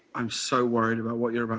i'm so worried about what you're